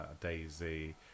daisy